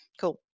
cool